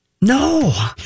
no